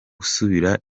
gusubira